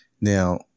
Now